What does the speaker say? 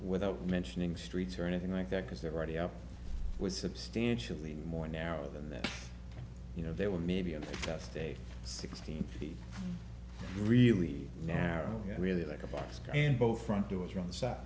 without mentioning streets or anything like that because they're already up was substantially more narrow than that you know they were maybe a just a sixteen feet really narrow really like a box and both front doors on the side